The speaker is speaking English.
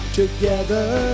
together